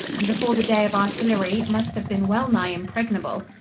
and before the day of artillery must have been well-nigh impregnable.